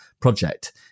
project